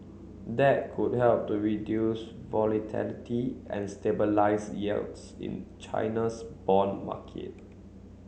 that could help to reduce volatility and stabilise yields in China's bond market